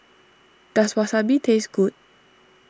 does Wasabi taste good